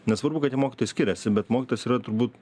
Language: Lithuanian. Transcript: nesvarbu kad tie mokytojai skiriasi bet mokytojas yra turbūt